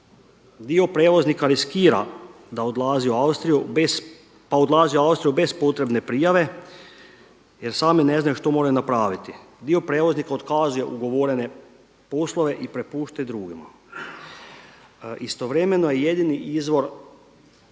dio prijevoznika riskira da odlazi u Austriju bez, pa odlazi u Austriju bez potrebne prijave jer sami ne znaju što moraju napraviti. Dio prijevoznika otkazuje ugovorene poslove i prepušta ih drugima. Istovremeno je jedini izvor